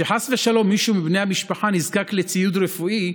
כשחס ושלום מישהו מבני המשפחה נזקק לציוד רפואי,